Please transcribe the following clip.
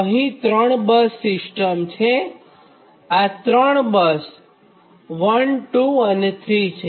અહીં ૩બસ સિસ્ટમ છે અને આ ત્રણ બસ 1 2 અને 3 છે